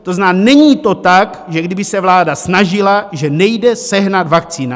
To znamená: není to tak, že kdyby se vláda snažila, že nejde sehnat vakcína.